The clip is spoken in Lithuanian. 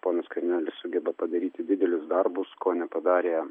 ponas skvernelis sugeba padaryti didelius darbus ko nepadarė